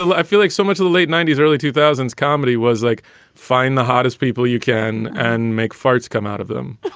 i feel like so much of the late ninety s, early two thousand s, comedy was like find the hottest people you can and make farts come out of them